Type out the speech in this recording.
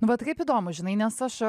nu vat kaip įdomu žinai nes aš